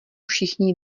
všichni